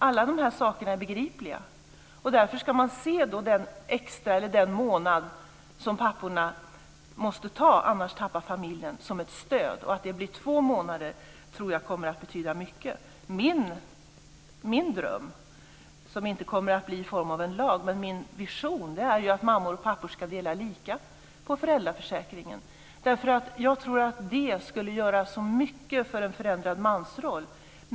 Alla de här sakerna är begripliga. Därför ska man se den månad som papporna måste ta för att familjen inte ska tappa något som ett stöd. Att det blir två månader tror jag kommer att betyda mycket. Min vision, som inte kommer att bli i form av en lag, är att mammor och pappor ska dela lika på föräldraförsäkringen. Jag tror att det skulle göra mycket för en förändrad mansroll.